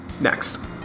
Next